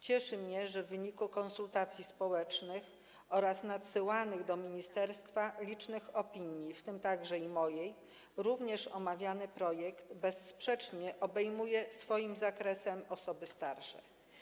Ciszy mnie, że w wyniku konsultacji społecznych oraz nadsyłanych do ministerstwa licznych opinii, w tym także mojej, omawiany projekt bezsprzecznie obejmuje swoim zakresem również osoby starsze.